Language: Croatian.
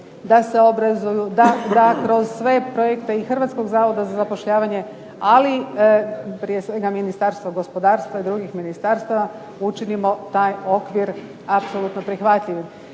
da se obrazuju, da kroz sve projekte i Hrvatskog zavoda za zapošljavanje, ali prije svega Ministarstvo gospodarstva i drugih ministarstava učinimo taj okvir apsolutno prihvatljivim.